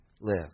live